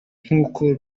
nk’uko